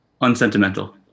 Unsentimental